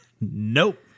Nope